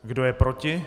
Kdo je proti?